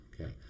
Okay